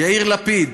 יאיר לפיד,